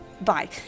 bye